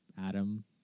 Adam